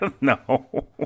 No